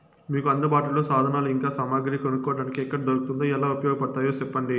మీకు అందుబాటులో సాధనాలు ఇంకా సామగ్రి కొనుక్కోటానికి ఎక్కడ దొరుకుతుందో ఎలా ఉపయోగపడుతాయో సెప్పండి?